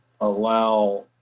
allow